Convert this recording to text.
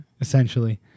essentially